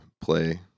play